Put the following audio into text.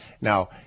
Now